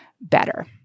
better